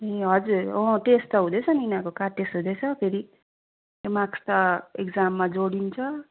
ए हजुर अँ टेस्ट त हुँदैछ नि यिनीहरूको कार्ड टेस्ट हुँदैछ फेरि त्यो मार्क्स त एक्जाममा जोडिन्छ